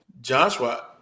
Joshua